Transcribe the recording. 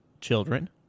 children